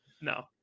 no